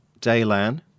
Daylan